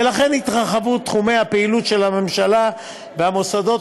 ולכן התרחבו תחומי הפעילות של הממשלה והמוסדות